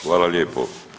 Hvala lijepo.